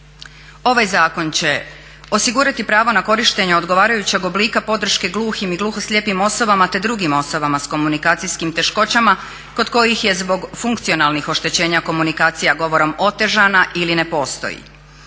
Ovaj zakon će osigurati pravo na korištenje odgovarajućeg oblika podrške gluhim i gluhoslijepim osobama te drugim osobama sa komunikacijskim teškoćama kod kojih je zbog funkcionalnih oštećenja komunikacija govorom otežana ili ne postoji.